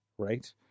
Right